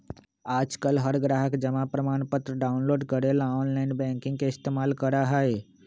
आजकल हर ग्राहक जमा प्रमाणपत्र डाउनलोड करे ला आनलाइन बैंकिंग के इस्तेमाल करा हई